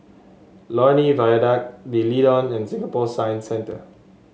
Lornie Viaduct D'Leedon and Singapore Science Centre